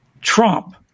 Trump